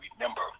remember